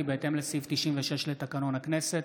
כי בהתאם לסעיף 96 לתקנון הכנסת,